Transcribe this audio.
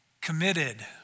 committed